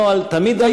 הנוהל תמיד היה,